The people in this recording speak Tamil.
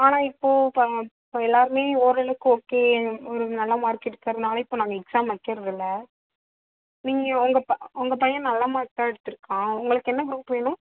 ஆனால் இப்போது ப் ப எல்லாேருமே ஓரளவுக்கு ஓகே ஒரு நல்ல மார்க்கு எடுக்கிறதுனாலா இப்போ நாங்கள் எக்ஸாம் வைக்கிறது இல்லை நீங்கள் உங்கள் ப உங்கள் பையன் நல்ல மார்க் தான் எடுத்திருக்கான் உங்களுக்கு என்ன குரூப் வேணும்